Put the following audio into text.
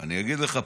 אני אגיד לך.